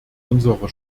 unserer